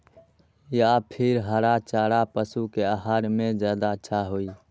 या फिर हरा चारा पशु के आहार में ज्यादा अच्छा होई?